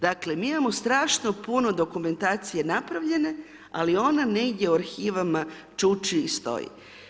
Dakle mi imamo strašno puno dokumentacije napravljene ali ona negdje u arhivama čuči i stoji.